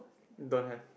don't have